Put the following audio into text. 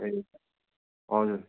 ए हजुर